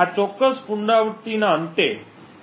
આ ચોક્કસ પુનરાવૃત્તિના અંતે